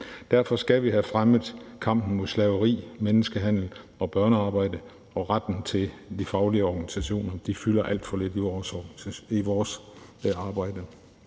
Derfor skal vi have fremmet kampen mod slaveri, menneskehandel og børnearbejde og retten til de faglige organisationer. De fylder alt for lidt i vores arbejde.